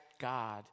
God